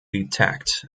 detect